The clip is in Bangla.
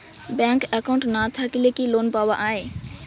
ব্যাংক একাউন্ট না থাকিলে কি লোন পাওয়া য়ায়?